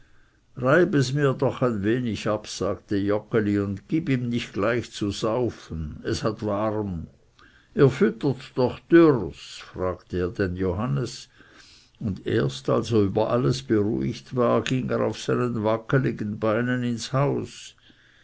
reib es mir doch ein wenig ab sagte joggeli und gib ihm nicht gleich zu saufen es hat warm ihr füttert doch dürrs fragte er den johannes und erst als er über alles beruhigt war ging er auf seinen wackeligen beinen ins haus